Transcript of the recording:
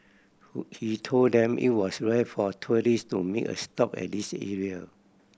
who he told them it was rare for tourist to make a stop at this area